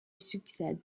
succède